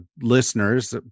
listeners